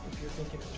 you're thinking